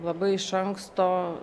labai iš anksto